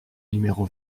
numéro